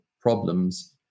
problems